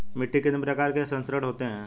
मिट्टी के कितने संस्तर होते हैं?